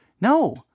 No